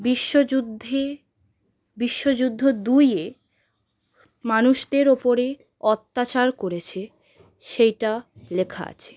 বিশ্বযুদ্ধে বিশ্বযুদ্ধ দুইয়ে মানুষদের ওপরে অত্যাচার করেছে সেইটা লেখা আছে